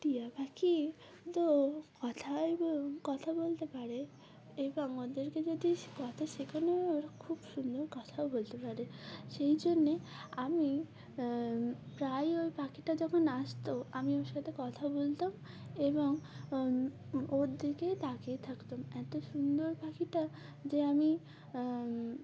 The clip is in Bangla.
টিয়া পাখি তো কথাই কথা বলতে পারে এবং ওদেরকে যদি কথা শেখানো হয় ওরা খুব সুন্দর কথাও বলতে পারে সেই জন্যে আমি প্রায়ই ওই পাখিটা যখন আসতো আমি ওর সাথে কথা বলতাম এবং ওর দিকেই তাকিয়ে থাকতাম এত সুন্দর পাখিটা যে আমি